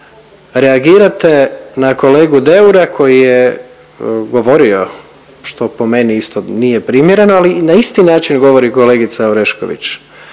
reagirate na kolegu Deura koji je govorio što po meni isto nije primjereno, ali na isti način govori kolegica Orešković.